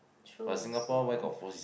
true also